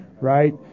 Right